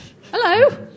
hello